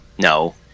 No